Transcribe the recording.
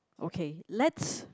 okay let's